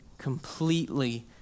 completely